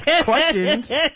questions